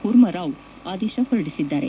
ಕೂರ್ಮಾರಾವ್ ಆದೇಶ ಹೊರಡಿಸಿದ್ದಾರೆ